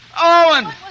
Owen